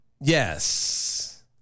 Yes